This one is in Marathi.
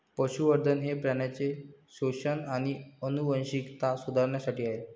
पशुसंवर्धन हे प्राण्यांचे पोषण आणि आनुवंशिकता सुधारण्यासाठी आहे